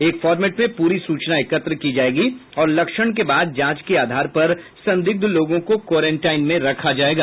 एक फार्मेट में प्ररी सूचना एकत्र की जायेगी और लक्षण के बाद जांच के आधार पर संदिग्ध लोगों को क्वारेनटाईन में रखा जायेगा